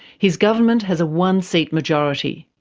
his government has a one-seat majority.